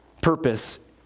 purpose